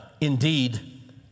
Indeed